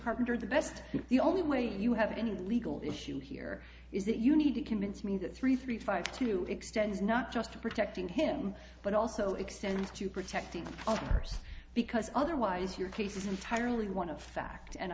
carpenter the best the only way you have any legal issue here is that you need to convince me that three three five two extends not just protecting him but also extends to protecting others because otherwise your case is entirely one of fact and